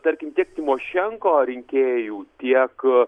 tarkim tiek tymošenko rinkėjų tiek